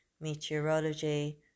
meteorology